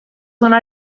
sono